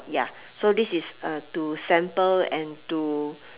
ya so this is uh to sample and to